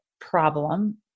problem